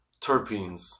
terpenes